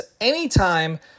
anytime